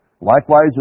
Likewise